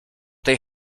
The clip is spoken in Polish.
tej